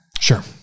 Sure